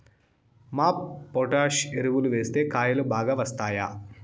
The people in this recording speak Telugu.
మాప్ పొటాష్ ఎరువులు వేస్తే కాయలు బాగా వస్తాయా?